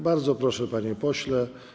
Bardzo proszę, panie pośle.